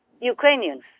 Ukrainians